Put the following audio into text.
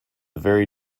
very